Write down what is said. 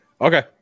Okay